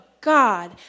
God